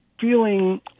feeling